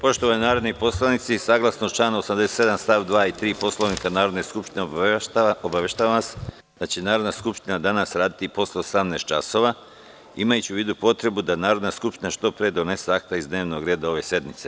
Poštovani narodni poslanici, saglasno članu 87. stav 2. i 3. Poslovnika Narodne skupštine, obaveštavam vas da će Narodna skupština danas raditi i posle 18 časova, imajući u vidu potrebu da Narodna skupština što pre donese akta iz dnevnog reda ove sednice.